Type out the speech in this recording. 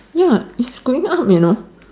ya it's going up you know